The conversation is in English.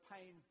Pain